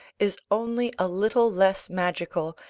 is only a little less magical,